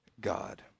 God